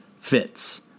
fits